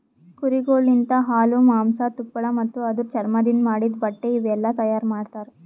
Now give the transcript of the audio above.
ಕುರಿಗೊಳ್ ಲಿಂತ ಹಾಲು, ಮಾಂಸ, ತುಪ್ಪಳ ಮತ್ತ ಅದುರ್ ಚರ್ಮದಿಂದ್ ಮಾಡಿದ್ದ ಬಟ್ಟೆ ಇವುಯೆಲ್ಲ ತೈಯಾರ್ ಮಾಡ್ತರ